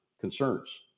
concerns